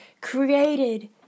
created